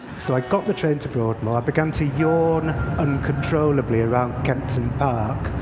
so i got the train to broadmoor. i began to yawn uncontrollably around kempton park,